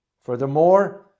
Furthermore